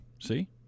See